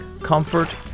Comfort